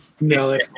No